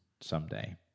someday